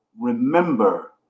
remember